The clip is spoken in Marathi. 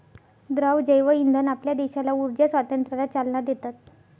द्रव जैवइंधन आपल्या देशाला ऊर्जा स्वातंत्र्याला चालना देतात